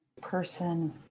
person